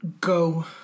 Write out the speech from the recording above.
go